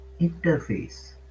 interface